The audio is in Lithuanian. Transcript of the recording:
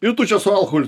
ir tu čia su alkoholiu